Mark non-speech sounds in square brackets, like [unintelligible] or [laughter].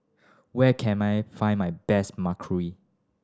where can I find my best [unintelligible]